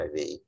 HIV